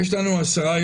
יש לנו כשבועיים